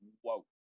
Whoa